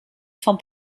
vom